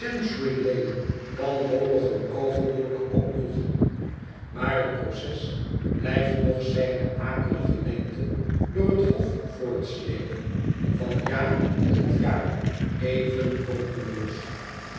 wanhopig een kogel door den kop joeg maar het proces blijft nog zijne akelige lengte door het hof voortslepen van jaar tot jaar even hopeloos